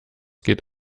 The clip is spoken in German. geht